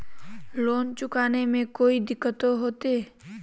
Loan चुकाने में कोई दिक्कतों होते?